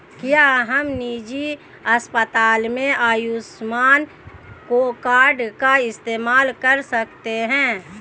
क्या हम निजी अस्पताल में आयुष्मान कार्ड का इस्तेमाल कर सकते हैं?